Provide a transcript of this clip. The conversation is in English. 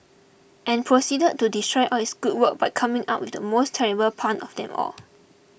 and proceeded to destroy all its good work by coming up with the most terrible pun of them all